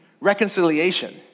reconciliation